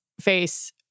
face